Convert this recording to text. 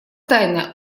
тайна